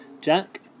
Jack